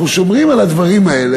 אנחנו שומרים על הדברים האלה,